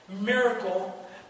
miracle